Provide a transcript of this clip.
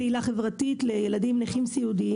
אני פעילה חברתית למען ילדים נכים סיעודיים.